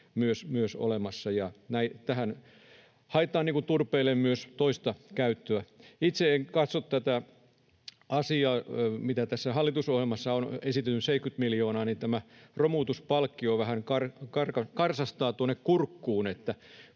myös olemassa, ja tässä haetaan turpeelle myös toista käyttöä. Tämä asia, mille hallitusohjelmassa on esitetty 70 miljoonaa, tämä romutuspalkkio, vähän karsastaa tuonne kurkkuun.